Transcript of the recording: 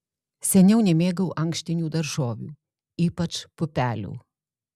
seniau nemėgau ankštinių daržovių ypač pupelių